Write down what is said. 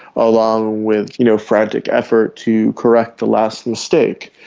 along with you know frantic efforts to correct the last mistake.